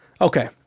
Okay